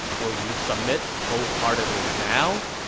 will you submit wholeheartedly now?